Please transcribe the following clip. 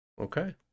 Okay